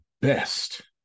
best